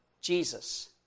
Jesus